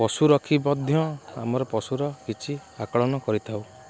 ପଶୁ ରଖି ମଧ୍ୟ ଆମର ପଶୁର କିଛି ଆକଳନ କରିଥାଉ